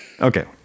Okay